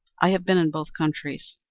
i have been in both countries,